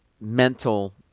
mental